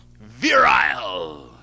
Virile